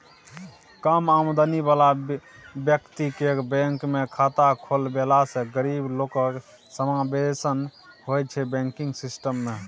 कम आमदनी बला बेकतीकेँ बैंकमे खाता खोलबेलासँ गरीब लोकक समाबेशन होइ छै बैंकिंग सिस्टम मे